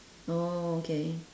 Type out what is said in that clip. oh okay